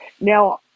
Now